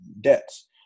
debts